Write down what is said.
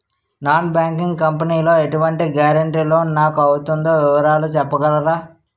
Non banking company లో ఎటువంటి guarantee loan నాకు అవుతుందో వివరాలు చెప్పగలరా?